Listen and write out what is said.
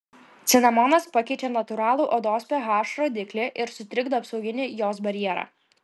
cinamonas pakeičia natūralų odos ph rodiklį ir sutrikdo apsauginį jos barjerą